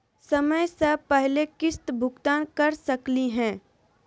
समय स पहले किस्त भुगतान कर सकली हे?